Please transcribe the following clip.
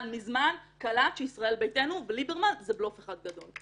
מזמן-מזמן-מזמן קלט שישראל ביתנו וליברמן זה בלוף אחד גדול.